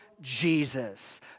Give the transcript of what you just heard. Jesus